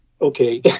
okay